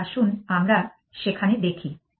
তাই আসুন আমরা সেখানে দেখি